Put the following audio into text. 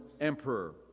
emperor